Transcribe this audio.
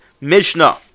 Mishnah